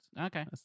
Okay